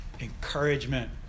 encouragement